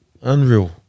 unreal